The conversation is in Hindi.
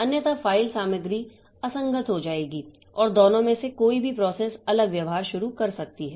अन्यथा फ़ाइल सामग्री असंगत हो जाएगी और दोनों में से कोई भी प्रोसेस अलग व्यव्हार शुरू कर सकती है